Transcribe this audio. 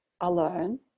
alone